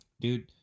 Dude